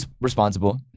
responsible